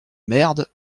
merde